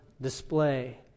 display